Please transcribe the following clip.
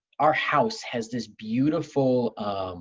our house has this beautiful